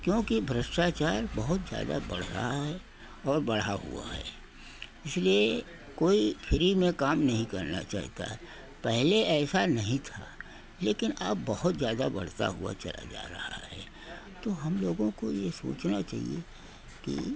क्योंकि भ्रष्टाचार बहुत ज़्यादा बढ़ रहा है और बढ़ा हुआ है इसलिए कोई फ्री में काम नहीं करना चाहता है पहले ऐसा नहीं था लेकिन अब बहुत ज़्यादा बढ़ता हुआ चला जा रहा है तो हम लोगों को ये सोचना चाहिए कि